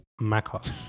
MacOS